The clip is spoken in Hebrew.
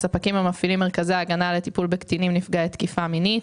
ספקים המפעילים מרכזי הגנה לטיפול בקטינים נפגעי תקיפה מינית.